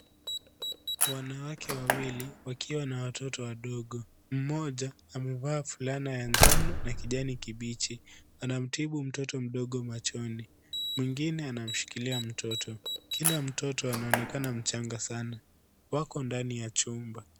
Wanawake wawili wakiwa na watoto wadogo, mmoja amevaa fulana ya njano na kijani kibichi anamtibu mtoto mdogo machoni, mwingine anamshikilia mtoto. Kila mtoto anaonekana mchanga sana. Wako ndani ya chumba.